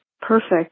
perfect